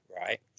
right